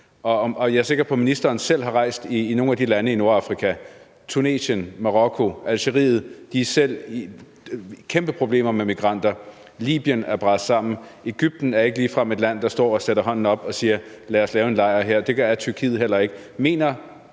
Jeg er sikker på, at ministeren selv har rejst i nogle af de lande i Nordafrika: Tunesien, Marokko og Algeriet har selv kæmpe problemer med migranter; Libyen er braset sammen; Egypten er ikke ligefrem et land, der rækker hånden frem og siger: Lad os lave en lejr her. Det er Tyrkiet heller ikke.